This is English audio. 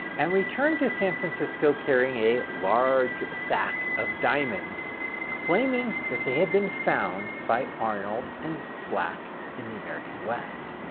and returned to san francisco carrying a large sack full of diamonds claiming that they had been found by arnold and slack in the american west.